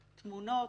תמונות,